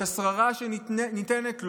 את השררה שניתנת לו,